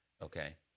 Okay